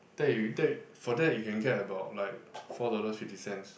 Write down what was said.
that you that for that you can get about like four dollars fifty cents